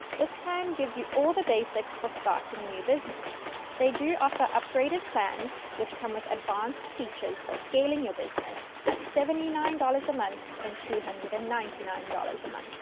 this plan gives you all the basics for starting a new business. they do offer upgraded plans which come with advanced features for scaling your business at seventy nine dollars a month and two hundred and ninety nine dollars a month.